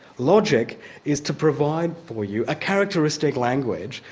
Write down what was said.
logic is to provide for you a characteristic language,